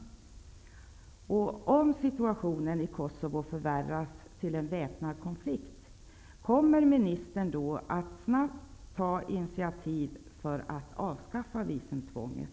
Om situationen i Kosovo förvärras till en väpnad konflikt, kommer ministern då att snabbt ta initiativ för att avskaffa visumtvånget?